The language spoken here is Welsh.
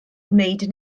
wneud